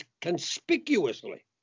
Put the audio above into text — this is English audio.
conspicuously